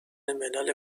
ملل